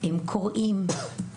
הילדים קוראים,